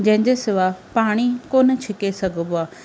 जंहिंजे सिवा पाणी कोन छिके सघिबो आहे